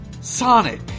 Sonic